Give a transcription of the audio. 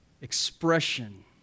expression